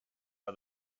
are